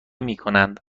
میکنند